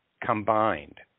combined